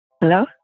hello